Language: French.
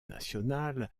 national